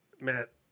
Matt